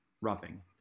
Roughing